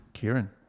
kieran